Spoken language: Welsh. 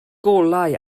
golau